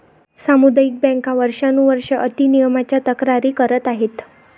सामुदायिक बँका वर्षानुवर्षे अति नियमनाच्या तक्रारी करत आहेत